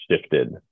shifted